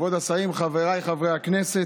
כבוד השרים, חבריי חברי הכנסת,